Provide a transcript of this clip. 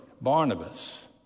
Barnabas